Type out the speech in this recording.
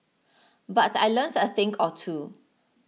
but I learnt a think or two